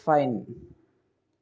fine